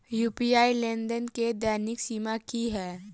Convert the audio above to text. UPI लेनदेन केँ दैनिक सीमा की है?